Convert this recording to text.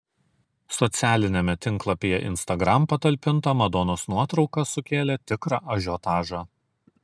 socialiniame tinklapyje instagram patalpinta madonos nuotrauka sukėlė tikrą ažiotažą